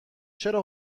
چرا